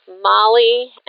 Molly